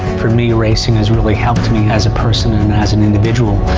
for me racing has really helped me as a person and as an individual,